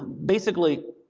basically,